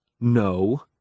No